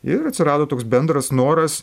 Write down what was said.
ir atsirado toks bendras noras